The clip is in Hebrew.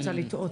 ימיני,